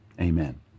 amen